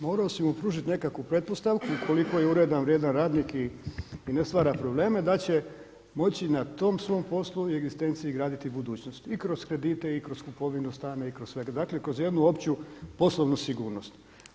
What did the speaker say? Morao si mu pružiti nekakvu pretpostavku ukoliko je uredan, vrijedan radnik i ne stvara probleme da će moći na tom svom poslu i egzistenciji graditi budućnost i kroz kredite i kroz kupovinu stana i kroz sve, dakle kroz jednu opću poslovnu sigurnost.